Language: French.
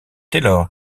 taylor